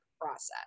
process